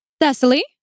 Thessaly